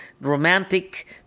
romantic